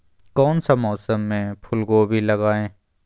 कौन सा मौसम में फूलगोभी लगाए?